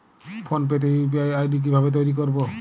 Phone pay তে UPI ID কি ভাবে তৈরি করবো?